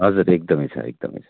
हजुर एकदमै छ एकदमै छ